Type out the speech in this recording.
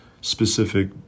specific